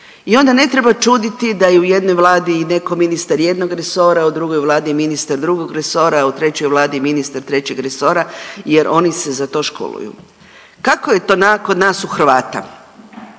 I onda ne treba čuditi da je u jednoj vladi neko ministar jednog resora, u drugoj vladi je ministar drugog resora, a u trećoj vladi je ministar trećeg resora jer oni se za to školuju. Kako je to kod nas u Hrvata?